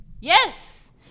yes